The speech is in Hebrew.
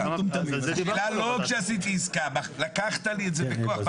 זה לא שעשיתי עסקה, לקחת לי את זה בכוח.